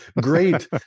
Great